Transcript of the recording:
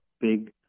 big